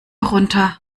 runter